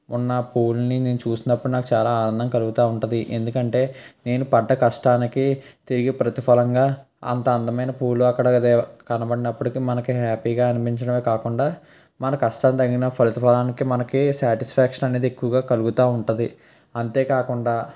ఉన్న పువ్వుల్ని నేను చూసినప్పుడు నాకు చాలా ఆనందం కలుగుతా ఉంటది ఎందుకంటే నేను పడ్డ కష్టానికి తిరిగి ప్రతిఫలంగా అంత అందమైన పూలు అక్కడ కనబడినప్పటికీ మనకి హ్యాపీగా అనిపించడమే కాకుండా మన కష్టాన్ తగిన ఫలిత ఫలానికి మనకి సాటిస్ఫాక్షన్ అనేది ఎక్కువగా కలుగుతూ ఉంటుంది అంతేకాకుండా